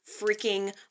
freaking